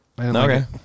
Okay